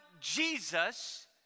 Jesus